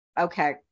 okay